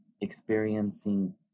experiencing